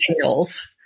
tails